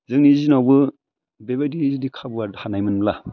जोंनि जिनावबो बेबायदि जुदि खाबुआ थानायमोब्ला